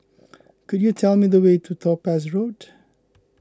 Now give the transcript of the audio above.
could you tell me the way to Topaz Road